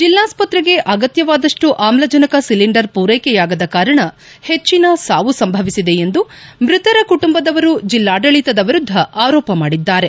ಜಿಲ್ಲಾಸ್ಪತ್ರೆಗೆ ಅಗತ್ಯವಾದಪ್ಪು ಆಮ್ಲಜನಕ ಸಿಲಿಂಡರ್ ಪೂರೈಕೆಯಾಗದ ಕಾರಣ ಹೆಚ್ಚಿನ ಸಾವು ಸಂಭವಿಸಿದೆ ಎಂದು ಮೃತರ ಕುಟುಂಬದವರು ಜಿಲ್ಲಾಡಳಿತದ ವಿರುದ್ದ ಆರೋಪ ಮಾಡಿದ್ದಾರೆ